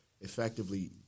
effectively